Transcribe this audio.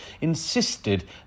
insisted